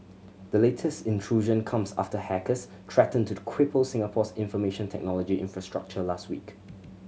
the latest intrusion comes after hackers threatened to the cripple Singapore's information technology infrastructure last week